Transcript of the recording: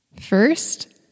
First